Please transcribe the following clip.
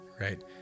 right